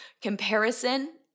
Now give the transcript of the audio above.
comparison